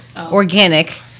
organic